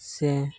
ᱥᱮ